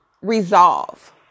resolve